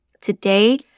today